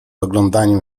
oglądaniem